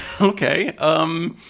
Okay